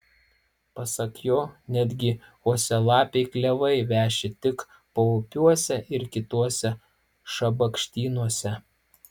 pasak jo netgi uosialapiai klevai veši tik paupiuose ir kituose šabakštynuose